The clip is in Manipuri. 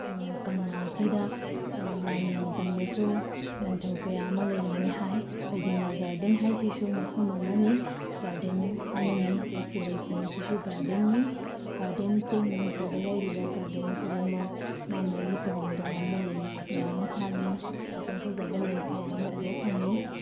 ꯀꯪꯂꯥꯁꯤꯗ ꯂꯥꯟꯒꯤ ꯃꯇꯝꯗꯁꯨ ꯅꯤꯡꯊꯧ ꯀꯌꯥ ꯑꯃ ꯂꯩꯔꯝꯃꯤ ꯍꯥꯏ ꯐꯩꯗꯤꯡꯒꯥ ꯒꯥꯔꯗꯦꯟ ꯍꯥꯏꯁꯤꯁꯨ ꯃꯐꯝ ꯑꯃꯅꯤ ꯒꯥꯔꯗꯦꯟ ꯑꯃꯅꯤ ꯑꯗꯨꯒ ꯁꯤꯜꯂꯩꯄꯨꯡꯁꯤꯁꯨ ꯒꯥꯔꯗꯦꯟꯅꯤ ꯒꯥꯔꯗꯦꯟꯁꯦ ꯃꯅꯤꯄꯨꯔꯗ ꯂꯩꯔꯤꯕ ꯒꯥꯔꯗꯦꯟ ꯈꯨꯗꯤꯡꯃꯛ ꯃꯥ ꯃꯥꯒꯤ ꯇꯣꯉꯥꯟꯕ ꯂꯩ ꯃꯌꯥꯝ ꯑꯃ ꯁꯥꯠꯂꯤ ꯐꯖ ꯐꯖꯕ ꯂꯩ ꯀꯌꯥ ꯑꯃ ꯎꯕ ꯐꯪꯉꯤ